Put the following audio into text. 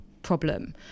problem